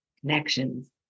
connections